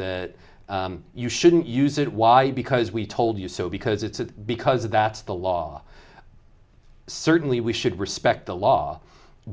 that you shouldn't use it why because we told you so because it's because that's the law certainly we should respect the law